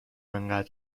انقدر